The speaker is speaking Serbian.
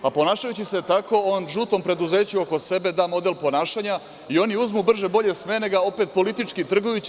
Ponašajući se tako on žutom preduzeću oko sebe da model ponašanja i oni uzmu brže bolje smene ga opet politički trgujući.